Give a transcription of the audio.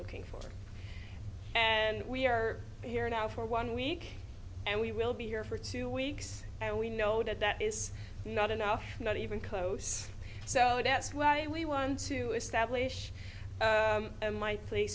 looking for and we are here now for one week and we will be here for two weeks and we know that that is not enough not even close so that's why we want to establish